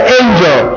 angel